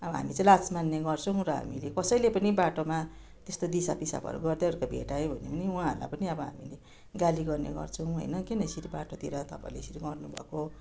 अब हामी चाहिँ लाज मान्ने गर्छौँ र हामीले कसैले पनि बाटोमा त्यस्तो दिसापिसाबहरू गर्दै गरेको भेटायौँ भने उहाँहरूलाई पनि अब हामी गाली गर्ने गर्छौँ होइन किन यसरी बाटोतिर तपाईँले यसरी गर्नुभएको